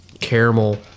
caramel